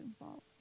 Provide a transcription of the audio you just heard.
involved